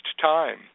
time